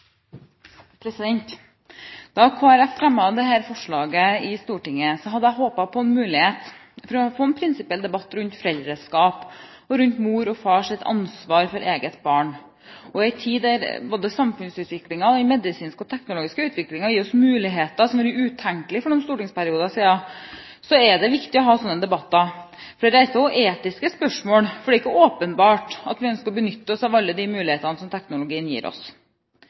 Da Kristelig Folkeparti fremmet dette forslaget i Stortinget, hadde jeg håpet på en mulighet til å få en prinsipiell debatt rundt foreldreskap og rundt mors og fars ansvar for eget barn. I en tid der både samfunnsutviklingen og den medisinske og teknologiske utviklingen kan gi oss muligheter som ville vært utenkelige for noen stortingsperioder siden, er det viktig å ha slike debatter, for det reiser jo også etiske spørsmål. Det er ikke åpenbart at vi ønsker å benytte oss av alle de mulighetene som teknologien gir oss.